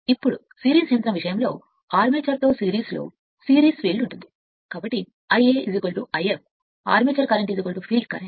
ఇప్పుడు సిరీస్ యంత్రం విషయంలో అర్మేచర్తో సిరీస్లో సిరీస్ ఫీల్డ్ కాబట్టి ఆర్మేచర్ కరెంట్ ఫీల్డ్ కరెంట్